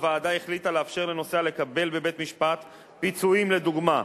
הוועדה החליטה לאפשר לנוסע לקבל בבית-המשפט פיצויים לדוגמה,